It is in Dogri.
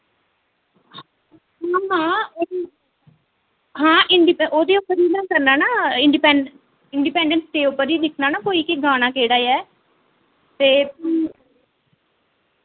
हां इंडि ओह्दे उप्पर ही ना करना ना इंडिपैंडेंस इंडिपैंडेंस डे उप्पर ही दिक्खना ना कोई कि गाना केह्ड़ा ऐ ते फ्ही